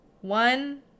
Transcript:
one